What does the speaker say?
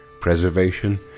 preservation